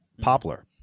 poplar